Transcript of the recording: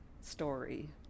story